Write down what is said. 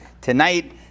tonight